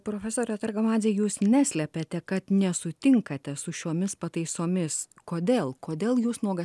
profesorė targamadzė jūs neslepiate kad nesutinkate su šiomis pataisomis kodėl kodėl jūs nuogas